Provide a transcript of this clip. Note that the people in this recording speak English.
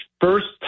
first